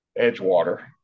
Edgewater